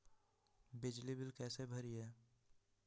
बिजली बिल कैसे भरिए?